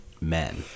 men